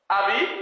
Abby